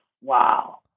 wow